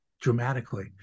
Dramatically